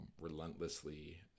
relentlessly